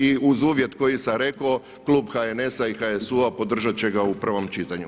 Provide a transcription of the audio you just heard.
I uz uvjet koji sam rekao klub HNS-a i HSU-a podržat će ga u prvom čitanju.